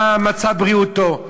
מה מצב בריאותו.